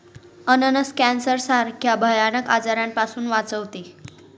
अननस कॅन्सर सारख्या भयानक आजारापासून वाचवते